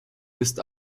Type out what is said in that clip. ist